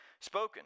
spoken